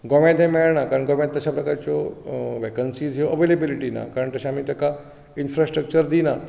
गोंयां तें मेळना कारण गोंया तश्या प्रकारच्यो वॅकन्सीच्यो अवॅलेबिलिटी ना तांकां इन्फ्रास्ट्रक्चर दिनात